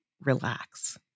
relax